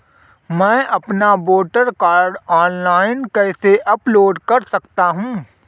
मैं अपना voter card online कैसे अपलोड कर सकता हूँ?